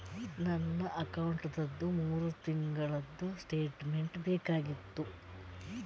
ನನ್ನ ಅಕೌಂಟ್ದು ಮೂರು ತಿಂಗಳದು ಸ್ಟೇಟ್ಮೆಂಟ್ ಬೇಕಾಗಿತ್ತು?